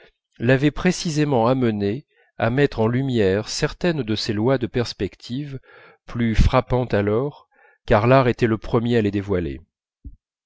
l'avait précisément amené à mettre en lumière certaines de ces lois de perspective plus frappantes alors car l'art était le premier à les dévoiler